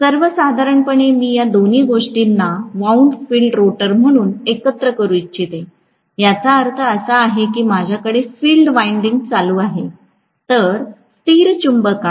सर्वसाधारणपणे मी या दोन्ही गोष्टींना वोउन्ड फील्ड रोटर म्हणून एकत्र म्हणू शकते याचा अर्थ असा आहे की माझ्याकडे फील्ड विंडिंग चालू आहे तर स्थिर चुंबकात मला हे फील्ड वाइंडिंग नाही